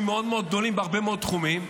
מאוד מאוד גדולים בהרבה מאוד תחומים.